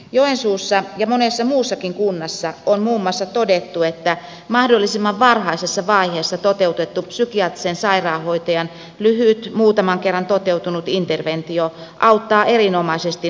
joensuussa ja monessa muussakin kunnassa on muun muassa todettu että mahdollisimman varhaisessa vaiheessa toteutettu psykiatrisen sairaanhoitajan lyhyt muutaman kerran toteutunut interventio auttaa erinomaisesti masentuneita nuoria